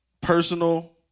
personal